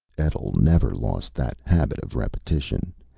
etl never lost that habit of repetition.